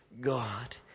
God